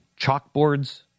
chalkboards